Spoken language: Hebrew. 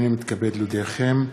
הנני מתכבד להודיעכם,